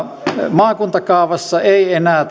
maakuntakaavassa ei enää